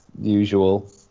Usual